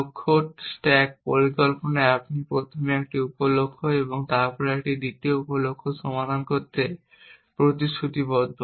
লক্ষ্য স্ট্যাক পরিকল্পনায় আপনি প্রথমে একটি উপ লক্ষ্য এবং তারপরে দ্বিতীয় উপ লক্ষ্য সমাধান করতে প্রতিশ্রুতিবদ্ধ